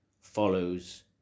follows